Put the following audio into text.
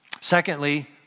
Secondly